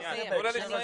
מוגדר עולה.